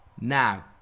Now